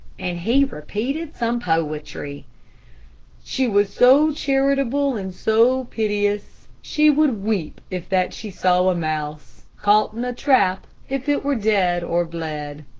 and he repeated some poetry she was so charitable and so piteous, she would weep if that she saw a mouse caught in a trap, if it were dead or bled.